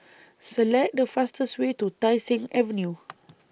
Select The fastest Way to Tai Seng Avenue